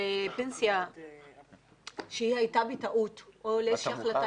לפנסיה שהייתה בטעות או לאיזה שהיא החלטה